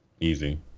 Easy